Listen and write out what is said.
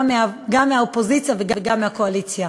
גם מהאופוזיציה וגם מהקואליציה,